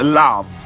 love